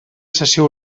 sessió